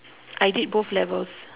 I did both levels